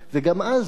וגם אז,